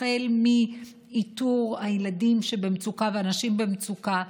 החל באיתור הילדים והאנשים שבמצוקה,